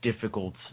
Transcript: difficult